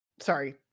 Sorry